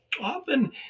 often